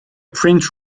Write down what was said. print